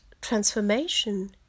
transformation